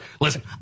Listen